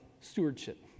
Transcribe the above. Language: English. stewardship